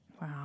Wow